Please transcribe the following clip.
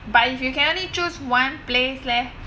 but if you can only choose one place leh